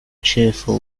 cheerful